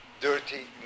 dirty